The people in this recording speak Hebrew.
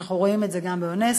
אנחנו רואים את זה גם באונסק"ו,